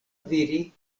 diri